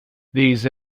these